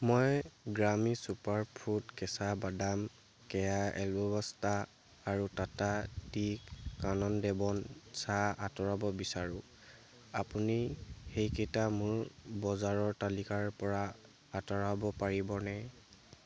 মই গ্ৰামী চুপাৰফুড কেঁচা বাদাম কেয়া এলো পাস্তা আৰু টাটা টি কানন দেৱন চাহ আঁতৰাব বিচাৰোঁ আপুনি সেইকেইটা মোৰ বজাৰৰ তালিকাৰপৰা আঁতৰাব পাৰিবনে